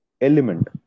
element